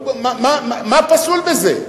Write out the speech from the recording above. מה פסול בזה?